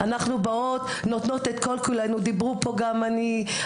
רגע, תני לי לסיים, אני לא הפרעתי פה לאף אחד.